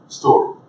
story